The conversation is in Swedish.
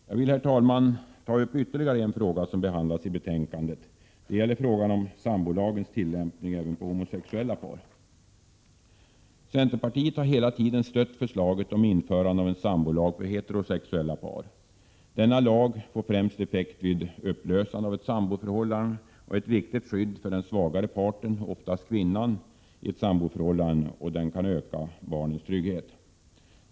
Jag vill, herr talman, ta upp en ytterligare fråga som behandlas i betänkandet. Det gäller frågan om sambolagens tillämpning även på homosexuella par. Centerpartiet har hela tiden stött förslaget om införande av en sambolag för heterosexuella par. Denna lag får främst effekt vid upplösande av ett samboförhållande och är ett viktigt skydd för den svagare parten — oftast kvinnan — i ett samboförhållande, och den kan öka barnens trygghet.